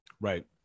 Right